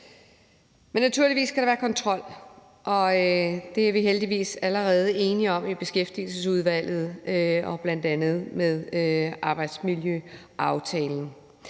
Men naturligvis skal der være kontrol, og det er vi heldigvis allerede enige om i Beskæftigelsesudvalget og bl.a. med arbejdsmiljøaftalen.